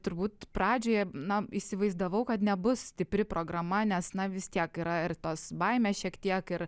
turbūt pradžioje na įsivaizdavau kad nebus stipri programa nes na vis tiek yra ir tos baimės šiek tiek ir